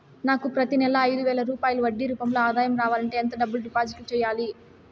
నాకు ప్రతి నెల ఐదు వేల రూపాయలు వడ్డీ రూపం లో ఆదాయం రావాలంటే ఎంత డబ్బులు డిపాజిట్లు సెయ్యాలి?